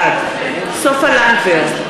בעד סופה לנדבר,